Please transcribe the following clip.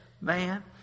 man